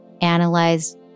analyze